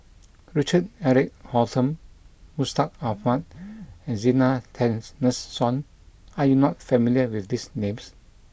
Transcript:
Richard Eric Holttum Mustaq Ahmad and Zena Tessensohn are you not familiar with these names